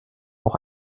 auch